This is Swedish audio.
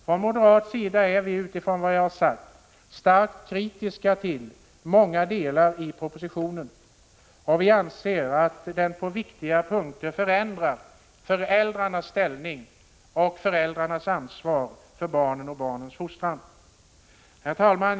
Från moderat sida är vi, utifrån vad jag har sagt, starkt kritiska till många delar i propositionen. Vi anser att den på viktiga punkter förändrar föräldrarnas ställning och ansvar för barnen och deras fostran. Herr talman!